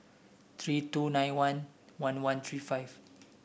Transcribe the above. three two nine one one one three five